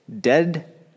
dead